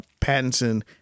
Pattinson